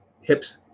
hips